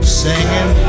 singing